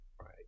right